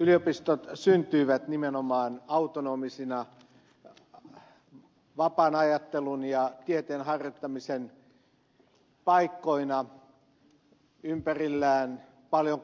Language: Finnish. yliopistot syntyivät nimenomaan autonomisina vapaan ajattelun ja tieteen harjoittamisen paikkoina ympärillään paljon